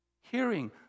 Hearing